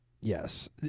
Yes